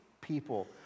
people